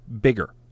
bigger